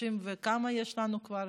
30 וכמה יש לנו כבר?